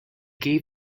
gave